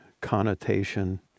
connotation